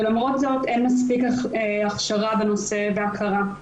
ולמרות זאת אין מספיק הכשרה והכרה בנושא.